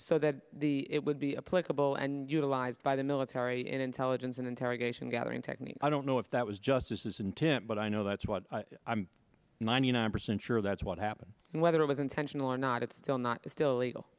so that the it would be a political and utilized by the military and intelligence and interrogation gathering technique i don't know if that was justice is intent but i know that's what i'm ninety nine percent sure that's what happened and whether it was intentional or not it's still not just illegal